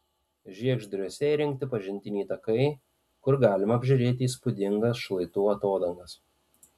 žiegždriuose įrengti pažintiniai takai kur galima apžiūrėti įspūdingas šlaitų atodangas